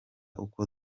kuko